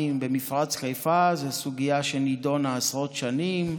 במפרץ חיפה היא סוגיה שנדונה עשרות שנים,